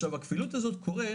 הכפילות הזאת קורית